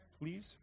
Please